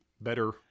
better